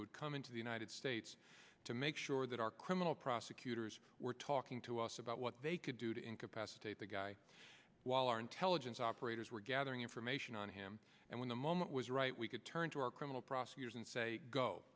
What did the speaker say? had come into the united states to make sure that our criminal prosecutors were talking to us about what they could do to incapacitate the guy while our intelligence operators were gathering information on him and when the moment was right we could turn to our criminal prosecutors and say go